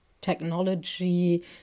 technology